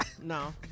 no